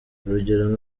urugero